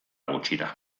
gutxira